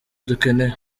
dukeneye